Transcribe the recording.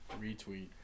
retweet